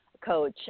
coach